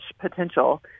potential